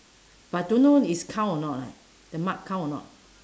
but don't know is count or not leh the mark count or not